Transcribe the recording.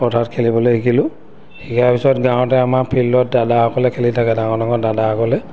পথাৰত খেলিবলৈ শিকিলোঁ শিকাৰ পিছত গাঁৱতে আমাৰ ফিল্ডত দাদাসকলে খেলি থাকে ডাঙৰ ডাঙৰ দাদাসকলে